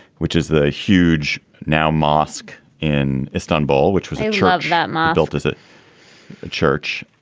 which is the huge now mosque in istanbul which was interrupted that my built as a church.